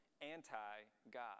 anti-God